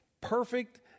perfect